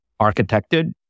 architected